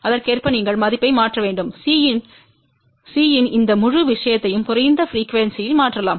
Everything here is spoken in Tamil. அதற்கேற்ப நீங்கள் மதிப்பை மாற்ற வேண்டும் C இன் இந்த முழு விஷயத்தையும் குறைந்த ப்ரிக்யூவென்ஸிணிற்கு மாற்றலாம்